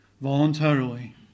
voluntarily